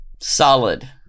Solid